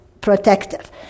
protective